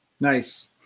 Nice